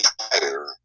higher